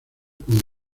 con